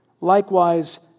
likewise